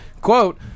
Quote